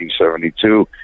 1972